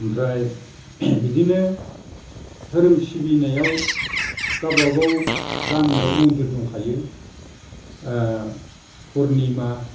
ओमफ्राय बिदिनो धोरोम सिबिनायाव गावबागाव गामियाव मन्दिर दंखायो पुर्निमा